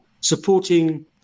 supporting